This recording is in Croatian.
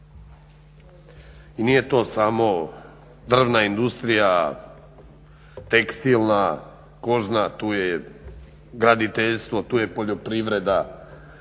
I nije to samo drvna industrija, tekstilna, kožna, tu je graditeljstvo, tu je poljoprivreda.